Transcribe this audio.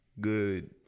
good